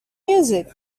music